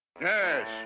Yes